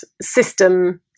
system